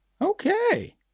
Okay